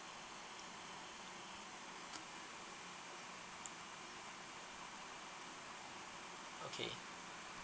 okay